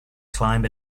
climb